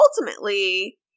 ultimately